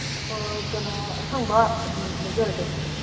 ꯑꯣ ꯀꯩꯅꯣ ꯑꯁꯪꯕ ꯑꯗꯨꯝ ꯂꯧꯖꯔꯒꯦ